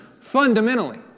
fundamentally